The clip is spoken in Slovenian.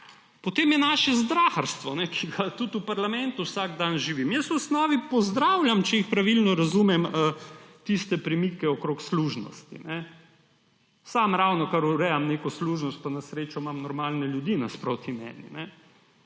Potem je naše zdraharstvo, ki ga tudi v parlamentu vsak dan živim. Jaz v osnovi pozdravljam, če jih pravilno razumem, tiste premike okrog služnosti. Sam ravnokar urejam neko služnost pa na srečo imam normalne ljudi nasproti sebe.